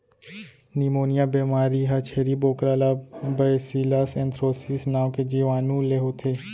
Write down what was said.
pneumonia बेमारी ह छेरी बोकरा ला बैसिलस एंथ्रेसिस नांव के जीवानु ले होथे